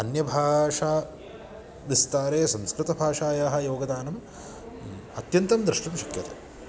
अन्यभाषाविस्तारे संस्कृतभाषायाः योगदानम् अत्यन्तं द्रष्टुं शक्यते